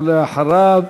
ולאחריו,